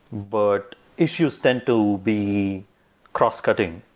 but issues tend to be cross-cutting.